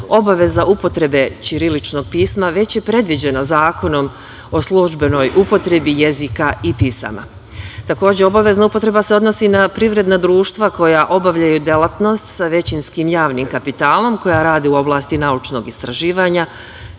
obaveza upotrebe ćiriličnog pisma već je predviđeno zakonom o službenoj upotrebi jezika i pisama. Takođe, obavezna upotreba se odnosi na privredna društva koja obavljaju delatnost sa većinskim javnim kapitalom koja radi u oblasti naučnog istraživanja,